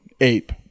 ape